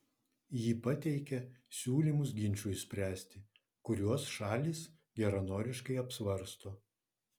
ji pateikia siūlymus ginčui spręsti kuriuos šalys geranoriškai apsvarsto